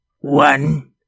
One